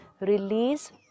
release